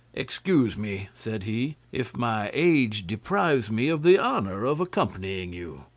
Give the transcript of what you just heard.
excuse me, said he, if my age deprives me of the honour of accompanying you.